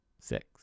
six